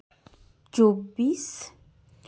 ᱪᱚᱵᱵᱤᱥ